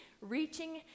reaching